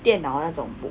电脑那种